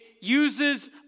uses